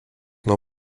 nuo